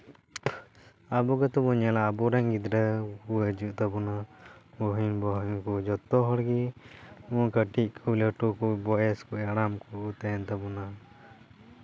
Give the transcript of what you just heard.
ᱟᱵᱚ ᱜᱮᱛᱚᱵᱚᱱ ᱧᱮᱞᱟ ᱟᱵᱚ ᱨᱮᱱ ᱜᱤᱫᱽᱨᱟᱹ ᱜᱚᱛᱚ ᱠᱚ ᱦᱤᱡᱩᱜ ᱛᱟᱵᱚᱱᱟ ᱵᱚᱭᱦᱟ ᱵᱩᱦᱤᱱ ᱠᱚ ᱡᱚᱛᱚ ᱦᱚᱲ ᱜᱮ ᱠᱟᱹᱴᱤᱡ ᱠᱚ ᱞᱟᱹᱴᱩ ᱠᱚ ᱵᱚᱭᱮᱥ ᱠᱚ ᱦᱟᱲᱟᱢ ᱠᱚ ᱛᱟᱦᱮᱱ ᱛᱟᱵᱚᱱᱟ